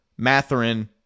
Matherin